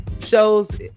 shows